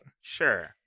Sure